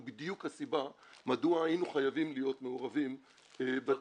הוא בדיוק הסיבה מדוע היינו חייבים להיות מעורבים בתהליך.